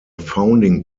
founding